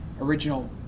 original